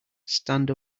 stand